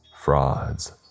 Frauds